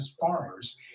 farmers